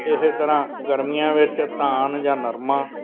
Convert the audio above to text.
ਇਸੇ ਤਰ੍ਹਾਂ ਗਰਮੀਆਂ ਵਿੱਚ ਧਾਨ ਜਾਂ ਨਰਮਾ